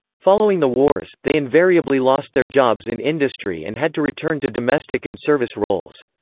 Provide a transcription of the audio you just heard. following the wars, they invariably lost their jobs in industry and had to return to domestic and service roles.